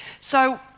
so,